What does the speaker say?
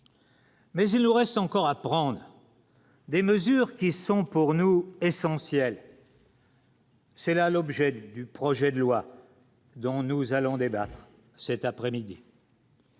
Mais il nous reste encore à prendre. Des mesures qui sont pour nous essentielles. C'est là l'objet du projet de loi dont nous allons débattre cet après-midi.